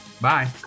bye